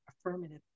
affirmative